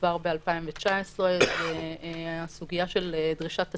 כבר ב-2019 זו הסוגיה של דרישת תצהירים,